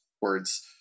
words